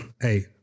hey